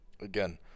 again